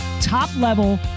top-level